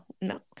no